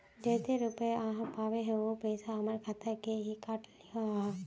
जयते रुपया आहाँ पाबे है उ पैसा हमर खाता से हि काट लिये आहाँ?